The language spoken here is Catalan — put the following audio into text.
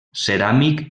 ceràmic